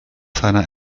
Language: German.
seiner